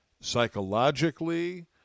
psychologically